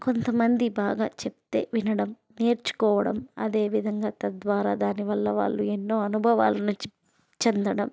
కొంత మంది బాగా చెప్తే వినడం నేర్చుకోవడం అదేవిధంగా తద్వారా దాని వల్ల వాళ్ళు ఎన్నో అనుభవాలని చెందడం